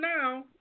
now